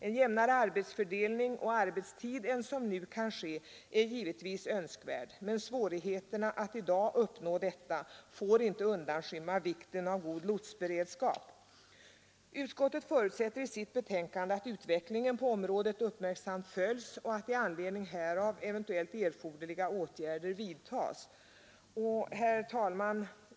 En jämnare arbetsfördelning liksom även arbetstid är givetvis önskvärd, men svårigheterna att i dag uppnå detta får inte undanskymma vikten av god lotsberedskap. Utskottet förutsätter i sitt betänkande att utvecklingen på området följs och att i anledning härav eventuellt erforderliga åtgärder vidtas.